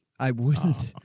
i wouldn't.